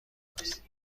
است